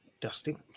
dusty